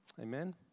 Amen